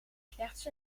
slechts